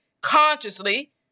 consciously